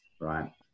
Right